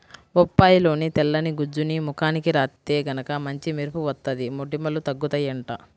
బొప్పాయిలోని తెల్లని గుజ్జుని ముఖానికి రాత్తే గనక మంచి మెరుపు వత్తది, మొటిమలూ తగ్గుతయ్యంట